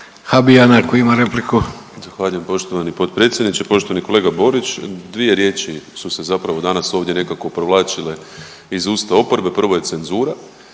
**Habijan, Damir (HDZ)** Zahvaljujem poštovani potpredsjedniče. Poštovani kolega Borić, dvije riječi su se zapravo danas ovdje nekako provlačile iz usta oporbe, prvo je cenzura,